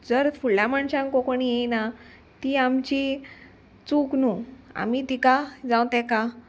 जर फुडल्या मनशांक कोंकणी येयना ती आमची चूक न्हू आमी तिका जावं तेका